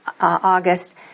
August